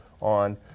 on